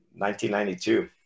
1992